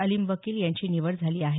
अलीम वकील यांची निवड झाली आहे